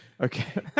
Okay